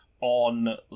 on